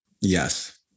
Yes